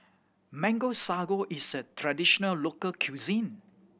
Mango Sago is a traditional local cuisine